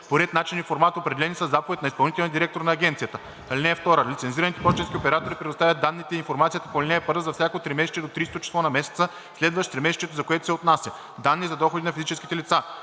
по ред, начин и формат, определени със заповед на изпълнителния директор на агенцията. (2) Лицензираните пощенски оператори предоставят данните и информацията по ал. 1 за всяко тримесечие до 30-то число на месеца, следващ тримесечието, за който се отнася. Данни за доходи на физически лица